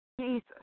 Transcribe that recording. Jesus